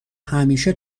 همیشه